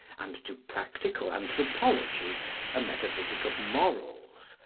and to practical anthropology a metaphysic of morals,